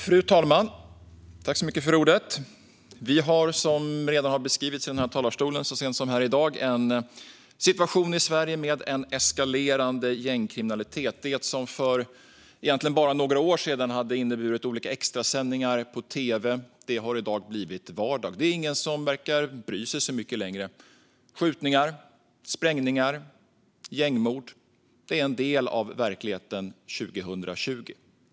Fru talman! Vi har, som har beskrivits i denna talarstol så sent som i dag, en situation i Sverige med en eskalerande gängkriminalitet. Det som för bara några år sedan hade inneburit extrasändningar på tv har i dag blivit vardag. Det är inte längre någon som verkar bry sig så mycket. Skjutningar, sprängningar och gängmord är en del av verkligheten 2020.